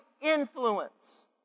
influence